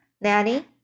Nanny